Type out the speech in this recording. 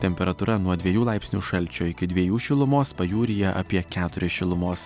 temperatūra nuo dviejų laipsnių šalčio iki dviejų šilumos pajūryje apie keturis šilumos